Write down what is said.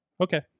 Okay